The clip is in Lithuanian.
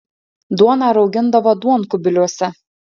duoną raugindavo duonkubiliuose